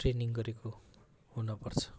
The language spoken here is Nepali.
ट्रेनिङ गरेको हुनुपर्छ